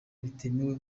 zitemewe